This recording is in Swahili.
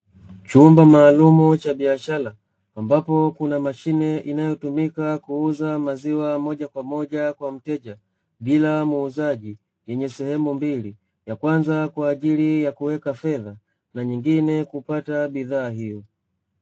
Chumba maalum cha biashara ambapo kuna mashine inayotumika kuuza maziwa moja kwa moja kwa mteja bila muuzaji yenye sehemu mbili ya kwanza kwa ajili ya kuweka fedha na nyingine kupata bidhaa hiyo